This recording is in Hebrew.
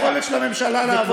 ובחוסר היכולת של הממשלה לעבוד.